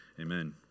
Amen